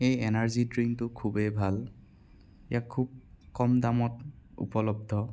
এই এনাৰ্জী ড্ৰিনকটো খুবেই ভাল ইয়াক খুব কম দামত উপলব্ধ